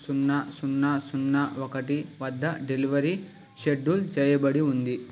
సున్నా సున్నా సున్నా ఒకటి వద్ద డెలివరీ షెడ్యూల్ చెయ్యబడి ఉంది